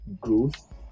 growth